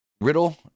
Riddle